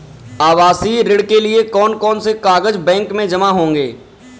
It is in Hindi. आवासीय ऋण के लिए कौन कौन से कागज बैंक में जमा होंगे?